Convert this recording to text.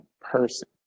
person